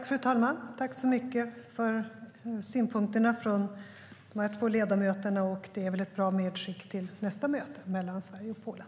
Fru talman! Tack så mycket för synpunkterna från dessa två ledamöter! Det är väl ett bra medskick till nästa möte mellan Sverige och Polen.